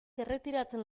erretiratzen